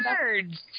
birds